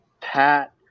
Pat